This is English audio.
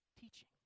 teaching